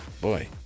boy